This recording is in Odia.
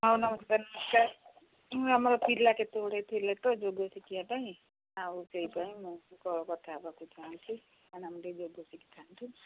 ହଉ ନମସ୍କାର ନମସ୍କାର ହୁଁ ଆମର ପିଲା କେତେ ଗୁଡ଼ିଏ ଥିଲେ ତ ଯୋଗ ଶିଖିବା ପାଇଁ ଆଉ ସେଇପାଇଁ ମୁଁ କଥା ହେବାକୁ ଚାହୁଁଛିି କାହିଁନା ମୁଁ ଟିକେ ଯୋଗ ଶିଖିଥାନ୍ତି